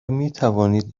میتوانید